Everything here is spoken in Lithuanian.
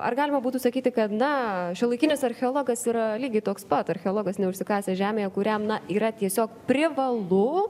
ar galima būtų sakyti kad na šiuolaikinis archeologas yra lygiai toks pat archeologas ne užsikasęs žemėje kuriam na yra tiesiog privalu